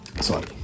Sorry